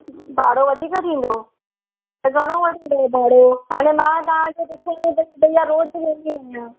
भाड़ो वधीक थींदो त घणो वठंदव भाड़े जो हाणे मां तव्हां खे भैया रोज़ु वेंदी आहियां